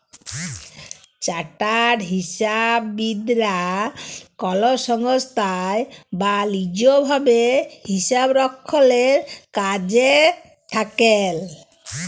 chartered হিসাববিদ রা কল সংস্থায় বা লিজ ভাবে হিসাবরক্ষলের কাজে থাক্যেল